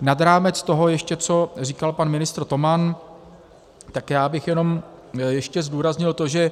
Nad rámec ještě toho, co říkal pan ministr Toman, bych jenom ještě zdůraznil to, že